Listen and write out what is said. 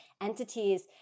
entities